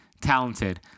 talented